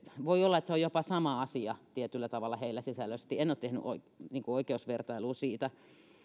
voi olla että se on jopa sama asia tietyllä tavalla heillä sisällöllisesti en ole tehnyt oikeusvertailua siitä